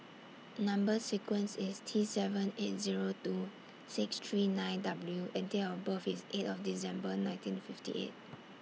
Number sequence IS T seven eight Zero two six three nine W and Date of birth IS eight of December nineteen fifty eight